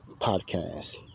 podcast